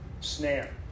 snare